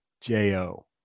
J-O